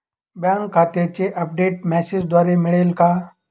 Bank खात्याचे update मेसेजद्वारे मिळेल का?